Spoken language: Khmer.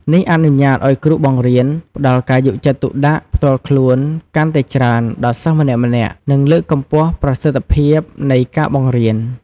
នេះអនុញ្ញាតឱ្យគ្រូបង្រៀនផ្តល់ការយកចិត្តទុកដាក់ផ្ទាល់ខ្លួនកាន់តែច្រើនដល់សិស្សម្នាក់ៗ និងលើកកម្ពស់ប្រសិទ្ធភាពនៃការបង្រៀន។